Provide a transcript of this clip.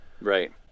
right